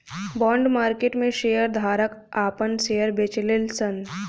bond market में share धारक आपन शेयर के बेचेले सन